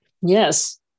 Yes